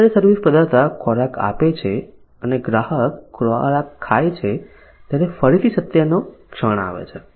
તેથી જ્યારે સર્વિસ પ્રદાતા ખોરાક આપે છે અને ગ્રાહક ખોરાક ખાય છે ત્યારે ફરીથી સત્યનો ક્ષણ આવે છે